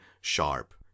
sharp